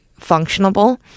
functionable